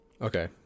Okay